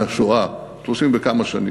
השואה, 30 וכמה שנים,